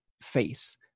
face